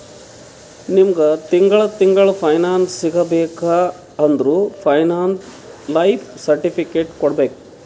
ನಿಮ್ಮಗ್ ತಿಂಗಳಾ ತಿಂಗಳಾ ಪೆನ್ಶನ್ ಸಿಗಬೇಕ ಅಂದುರ್ ಪೆನ್ಶನ್ ಲೈಫ್ ಸರ್ಟಿಫಿಕೇಟ್ ಕೊಡ್ಬೇಕ್